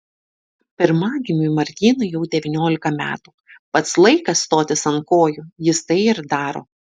pirmagimiui martynui jau devyniolika metų pats laikas stotis ant kojų jis tai ir daro